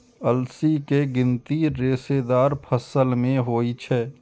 अलसी के गिनती रेशेदार फसल मे होइ छै